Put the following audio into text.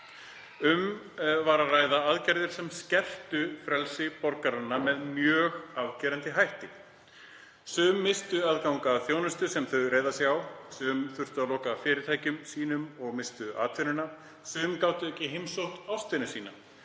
Um var að ræða aðgerðir sem skertu frelsi borgaranna með mjög afgerandi hætti. Sum misstu aðgang að þjónustu sem þau reiða sig á. Sum þurftu að loka fyrirtækjum sínum og misstu atvinnuna. Sum gátu ekki heimsótt ástvini sína.